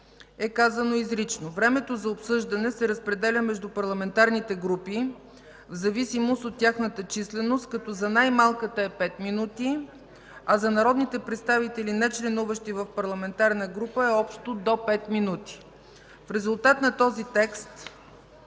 е казано изрично: „Времето за обсъждане се разпределя между парламентарните групи в зависимост от тяхната численост, като за най-малката е пет минути, а за народните представители, нечленуващи в парламентарна група, е общо до 5 минути.” В резултат на този текст